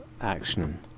action